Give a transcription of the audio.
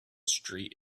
street